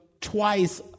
twice